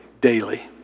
daily